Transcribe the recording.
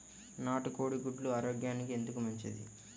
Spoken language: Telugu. నాటు కోడి గుడ్లు ఆరోగ్యానికి ఎందుకు మంచిది?